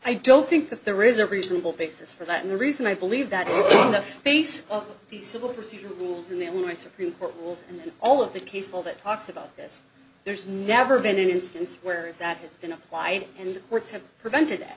i don't think that there is a reasonable basis for that and the reason i believe that the face of the civil procedure rules in the illinois supreme court rules and all of the case all that talks about this there's never been an instance where that has been applied and courts have prevented